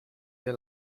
the